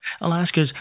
Alaska's